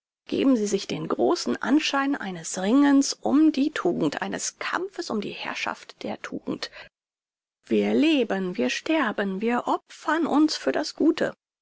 geben sie sich den großen anschein eines ringens um die tugend eines kampfes um die herrschaft der tugend wir leben wir sterben wir opfern uns für das gute